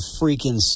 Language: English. freaking